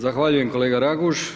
Zahvaljujem kolega Raguž.